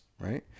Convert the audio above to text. right